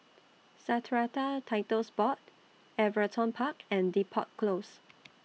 Strata Titles Board Everton Park and Depot Close